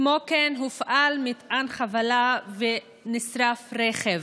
כמו כן, הופעל מטען חבלה ונשרף רכב.